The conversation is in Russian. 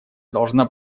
должна